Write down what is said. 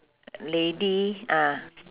lady ah